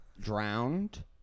drowned